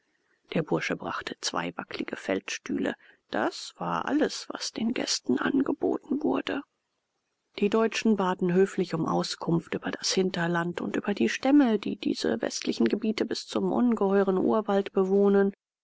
der bursche brachte zwei wacklige feldstühle das war alles was den gästen angeboten wurde die deutschen baten höflich um auskunft über das hinterland und über die stämme die diese westlichen gebiete bis zum ungeheuren urwald bewohnen